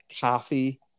coffee